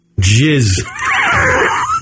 Jizz